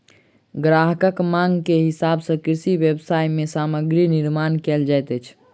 ग्राहकक मांग के हिसाब सॅ कृषि व्यवसाय मे सामग्री निर्माण कयल जाइत अछि